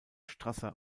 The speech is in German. strasser